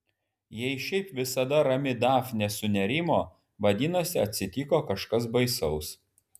jei šiaip visada rami dafnė sunerimo vadinasi atsitiko kažkas baisaus